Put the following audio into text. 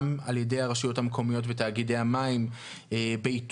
גם על ידי הרשויות המקומיות ותאגידי המים באיתור